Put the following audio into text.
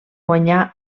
guanyar